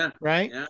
right